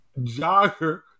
Jogger